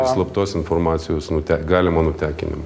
slaptos informacijos nute galimą nutekinimą